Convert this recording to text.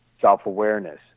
self-awareness